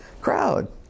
crowd